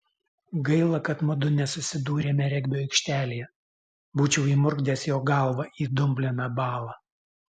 gaila kad mudu nesusidūrėme regbio aikštelėje būčiau įmurkdęs jo galvą į dumbliną balą